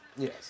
Yes